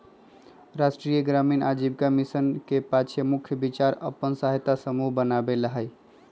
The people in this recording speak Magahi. राष्ट्रीय ग्रामीण आजीविका मिशन के पाछे मुख्य विचार अप्पन सहायता समूह बनेनाइ हइ